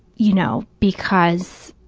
you know, because